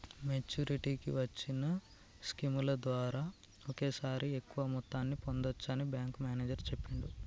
మెచ్చురిటీకి వచ్చిన స్కీముల ద్వారా ఒకేసారి ఎక్కువ మొత్తాన్ని పొందచ్చని బ్యేంకు మేనేజరు చెప్పిండు